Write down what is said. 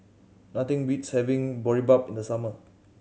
nothing beats having Boribap in the summer